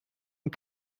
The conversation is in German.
und